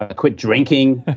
ah quit drinking,